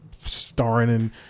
starring